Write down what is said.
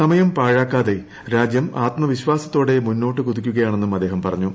സമയം പാഴാക്കാതെ രാജ്യം ആത്മവിശ്വാസത്തോടെ മുന്നോട്ട് കുതിക്കുകയാണെന്നും അദ്ദേഹം പറഞ്ഞു